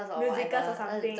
musicals or something